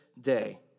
day